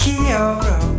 Kyoto